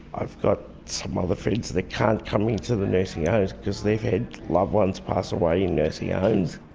i've got some other friends that can't come into the nursing homes because they've had loved ones pass away in nursing ah homes.